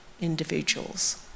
individuals